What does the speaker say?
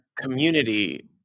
community